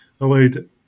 allowed